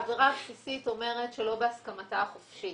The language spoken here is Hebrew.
העבירה הבסיסית אומרת "שלא בהסכמתה החופשית".